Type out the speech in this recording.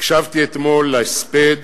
הקשבתי אתמול להספד